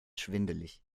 schwindelig